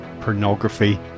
pornography